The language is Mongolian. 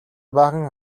баахан